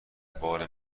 بار